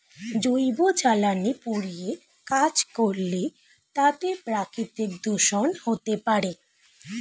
জৈব জ্বালানি পুড়িয়ে কাজ করলে তাতে প্রাকৃতিক দূষন হতে পারে